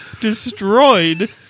destroyed